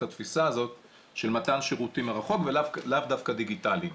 התפיסה של מתן שירותים מרחוק ולאו דווקא דיגיטליים.